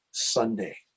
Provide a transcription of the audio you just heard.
Sunday